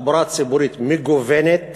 תחבורה ציבורית מגוונת